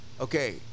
okay